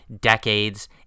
decades